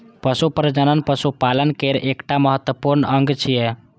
पशु प्रजनन पशुपालन केर एकटा महत्वपूर्ण अंग छियै